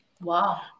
Wow